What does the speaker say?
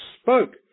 spoke